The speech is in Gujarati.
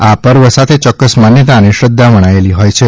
આ પર્વ સાથે ચોક્કસ માન્યતા અને શ્રદ્ધા વણાયેલી હોય છે